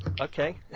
okay